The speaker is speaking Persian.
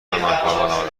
ناکارآمد